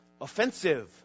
offensive